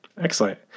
excellent